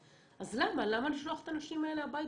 אז למה לשלוח את הנשים האלה הביתה?